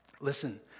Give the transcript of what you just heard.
Listen